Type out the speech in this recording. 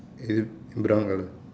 brown colour